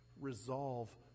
Resolve